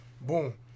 Boom